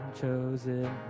chosen